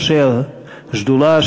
ראשי השדולה,